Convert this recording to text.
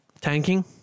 tanking